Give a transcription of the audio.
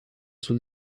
sus